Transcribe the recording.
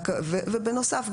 בנוסף,